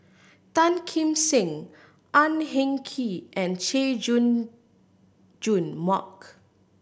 Tan Kim Seng Ang Hin Kee and Chay Jung Jun Mark